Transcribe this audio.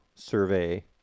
survey